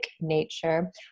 nature